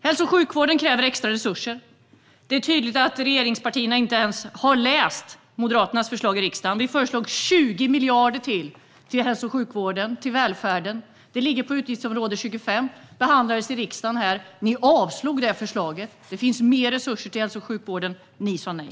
Hälso och sjukvården kräver extra resurser. Det är tydligt att regeringspartierna inte ens har läst Moderaternas förslag i riksdagen. Vi föreslog 20 miljarder till hälso och sjukvården och till välfärden. Det ligger i utgiftsområde 25 och behandlades i riksdagen. Ni avslog det förslaget. Det finns mer resurser till hälso och sjukvården. Ni sa nej.